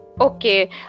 Okay